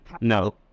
No